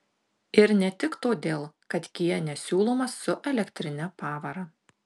ir ne tik todėl kad kia nesiūlomas su elektrine pavara